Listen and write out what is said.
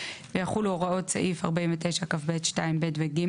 ויחולו הוראות סעיף 49כב2(ב) ו־(ג),